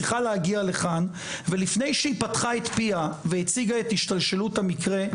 צריכה להגיע לכאן ולפני שהיא פתחה את פיה והציגה את השתלשלות המקרה,